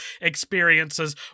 experiences